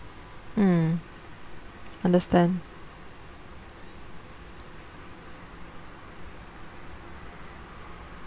mm understand